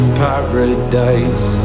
paradise